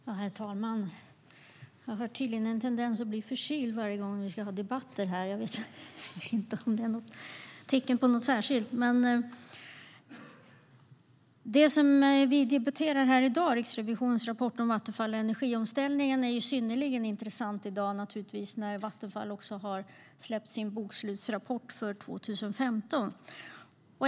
Herr talman! Jag har en tendens att bli förkyld varje gång vi ska ha debatt här. Jag vet inte om det är ett tecken på något särskilt. Det som vi debatterar här i dag, Riksrevisionens rapport om Vattenfall och energiomställningen, är synnerligen intressant i dag när Vattenfall har släppt sin bokslutsrapport för 2015.